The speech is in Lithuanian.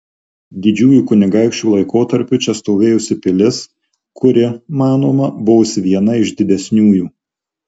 didžiųjų kunigaikščių laikotarpiu čia stovėjusi pilis kuri manoma buvusi viena iš didesniųjų